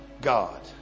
God